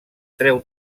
treu